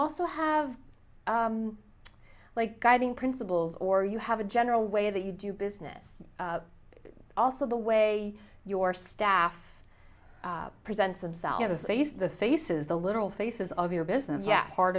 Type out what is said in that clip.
also have like guiding principles or you have a general way that you do business but also the way your staff presents themselves to face the faces the literal faces of your business